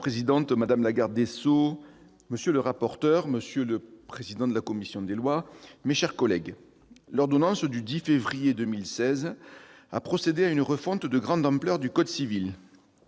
Madame la présidente, madame la garde des sceaux, monsieur le rapporteur, monsieur le président de la commission des lois, mes chers collègues, l'ordonnance du 10 février 2016 a procédé à une refonte de grande ampleur du code civil.